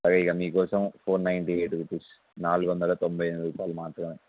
ఇంక ఇక మీకోసం ఫోర్ నైన్టీ ఎయిట్ రూపీస్ నాలుగు వందల తొంభై ఎనిమిది రూపాయలు మాత్రమే